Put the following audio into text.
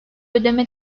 ödeme